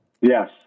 yes